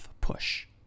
push